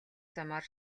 замаар